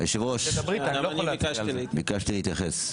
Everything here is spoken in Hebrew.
ביקשתי להתייחס.